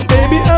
Baby